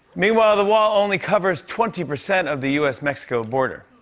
meanwhile, the wall only covers twenty percent of the u s mexico border.